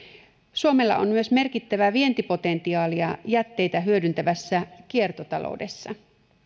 suomella on myös merkittävää vientipotentiaalia jätteitä hyödyntävässä kiertotaloudessa